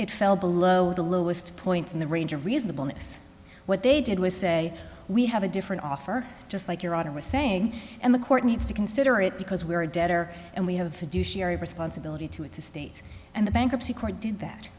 it fell below the lowest point in the range of reasonableness what they did was say we have a different offer just like you're on a saying and the court needs to consider it because we are a debtor and we have responsibility to its estate and the bankruptcy court did that